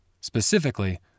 specifically